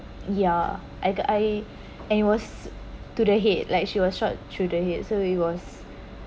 ya I I it was to the head like she was shot through the head so he was